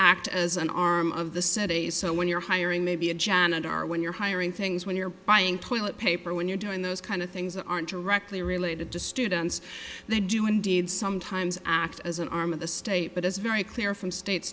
act as an arm of the city so when you're hiring maybe a janitor are when you're hiring things when you're buying pullet paper when you're doing those kind of things that aren't directly related to students they do indeed sometimes act as an arm of the state but it's very clear